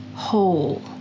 whole